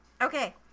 Okay